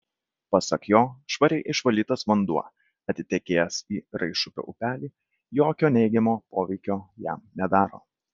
pasak jo švariai išvalytas vanduo atitekėjęs į raišupio upelį jokio neigiamo poveikio jam nedaro